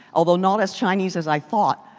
although not as chinese as i thought.